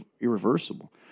irreversible